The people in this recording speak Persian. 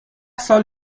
سال